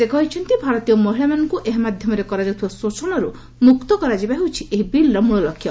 ସେ କହିଛନ୍ତି ଭାରତୀୟ ମହିଳାମାନଙ୍କୁ ଏହା ମାଧ୍ୟମରେ କରାଯାଉଥିବା ଶୋଷଣରୁ ମୁକ୍ତ କରାଯିବା ହେଉଛି ଏହି ବିଲ୍ର ମୂଳ ଲକ୍ଷ୍ୟ